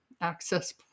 access